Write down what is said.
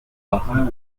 baja